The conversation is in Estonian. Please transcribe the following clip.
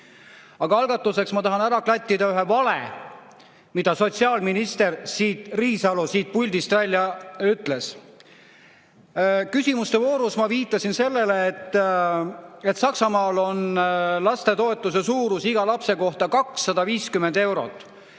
Aga algatuseks ma tahan ära klattida ühe vale, mille sotsiaalminister Riisalo siit puldist välja ütles. Küsimuste voorus ma viitasin sellele, et Saksamaal on lapsetoetuse suurus iga lapse kohta 250 eurot: